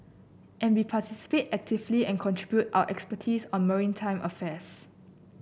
and we participate actively and contribute our expertise on maritime affairs